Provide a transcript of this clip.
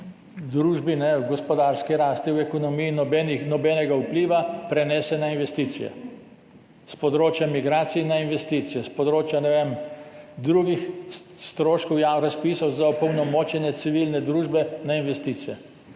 družbi, v gospodarski rasti, v ekonomiji nobenega vpliva, prenese na investicije. S področja migracij na investicije, s področja drugih stroškov, javnih razpisov za opolnomočenje civilne družbe, na investicije.